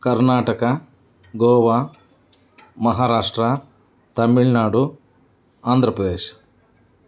Karnataka Goa Maharashtra Tamil Nadu Andhra Pradesh